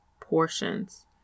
portions